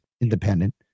independent